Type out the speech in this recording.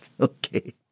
Okay